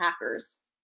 hackers